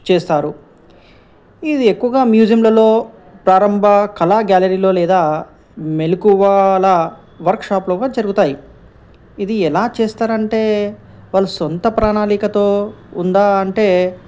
చేస్తారు ఇది ఎక్కువగా మ్యూజియంలలో ప్రారంభ కళా గ్యాలరీలో లేదా మెళకువల వర్క్షాప్లో కూడా జరుగుతాయి ఇది ఎలా చేస్తారంటే వాళ్ళు సొంత ప్రణాళికతో ఉందా అంటే